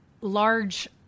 large